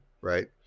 right